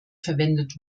verwendet